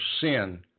sin